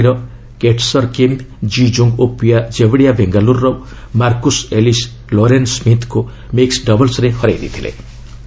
ପୂର୍ବରୁ ମୁମ୍ୟାଇର କେଟସର କିମ୍ ଜି କୁଙ୍ଗ୍ ଓ ପିଆ ଜେବଡ଼ିଆ ବେଙ୍ଗାଲୁରର ମାର୍କୁସ୍ ଏଲିସ୍ ଲୌରେନ୍ ସ୍କିତଙ୍କୁ ମିକ୍କ ଡବଲ୍ସରେ ହରେଇ ଦେଇଥିଲେ